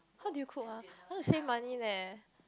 how do you cook ah I want to save money leh